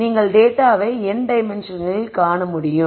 எனவே நீங்கள் டேட்டாவை n டைமென்ஷன்களில் காண முடியும்